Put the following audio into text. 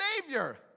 Savior